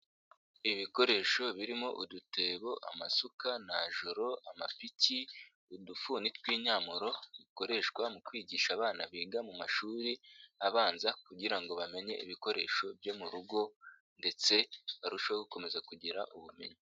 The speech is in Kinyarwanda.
Ibikoresho birimo udutebo, amasuka, najoro, amapiki, udufuni tw'inyamoro bikoreshwa mu kwigisha abana biga mu mashuri abanza kugira ngo bamenye ibikoresho byo mu rugo ndetse barusheho gukomeza kugira ubumenyi.